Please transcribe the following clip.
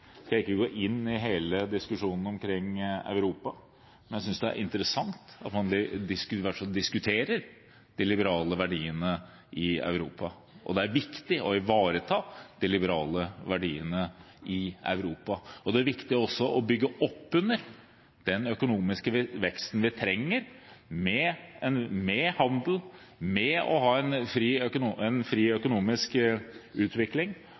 hele diskusjonen omkring Europa, men jeg synes det er interessant at man i hvert fall diskuterer de liberale verdiene i Europa. Det er viktig å ivareta de liberale verdiene i Europa, og det er viktig også å bygge opp under den økonomiske veksten vi trenger, med handel og med å ha fri